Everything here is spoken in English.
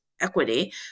equity